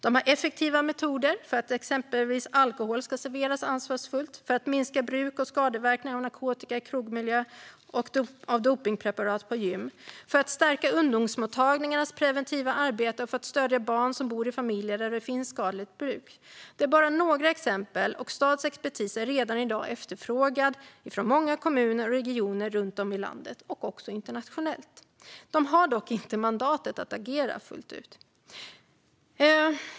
De har effektiva metoder exempelvis för att alkohol ska serveras ansvarsfullt, för att minska bruk och skadeverkningar av narkotika i krogmiljö och dopningspreparat på gym, för att stärka ungdomsmottagningarnas preventiva arbete och för att stödja barn som bor i familjer där det finns skadligt bruk. Det är bara några exempel, och STAD:s expertis är redan i dag efterfrågad av många kommuner och regioner runt om i landet och även internationellt. De har dock inte mandatet att agera fullt ut.